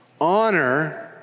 Honor